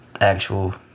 actual